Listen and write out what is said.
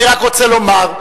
אני רק רוצה לומר,